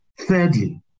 Thirdly